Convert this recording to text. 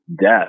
death